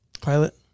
pilot